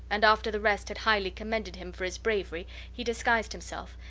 and after the rest had highly commended him for his bravery he disguised himself,